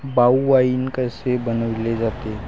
भाऊ, वाइन कसे बनवले जाते?